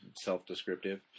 self-descriptive